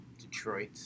Detroit